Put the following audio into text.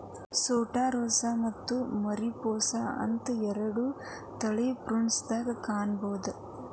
Santa Rosa ಮತ್ತ Mariposa ಅಂತ ಎರಡು ತಳಿ ಪ್ರುನ್ಸ್ ದಾಗ ಕಾಣಬಹುದ